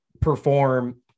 perform